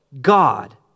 God